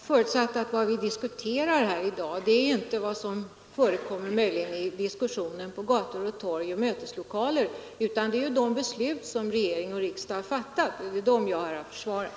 Herr talman! Förutsättningen för diskussionen i dag är inte vad som möjligen förekommer i debatter på gator och torg och i möteslokaler, utan de beslut som regering och riksdag har fattat. Det är de senare som jag har försvarat.